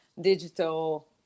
digital